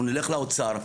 אנחנו נלך לאוצר ונגיד,